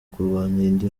kurwanya